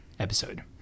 episode